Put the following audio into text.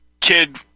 kid